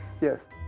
Yes